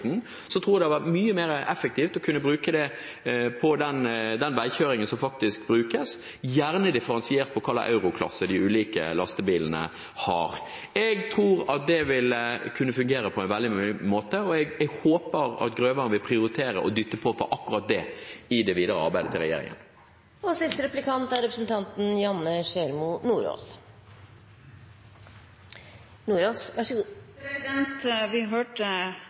tror jeg det hadde vært mye mer effektivt å kunne bruke det på veikjøringen, gjerne differensiert etter hva slags euroklasse de ulike lastebilene har. Jeg tror at det vil kunne fungere, og jeg håper at Grøvan vil prioritere å dytte på på akkurat det i det videre arbeidet til regjeringen. Vi hørte i en av de tidligere replikkene om forsinkelsen i elektrifiseringen av Trønderbanen og Meråkerbanen. Det synes jeg er svært beklagelig, for det var en av de tingene som vi